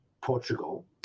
Portugal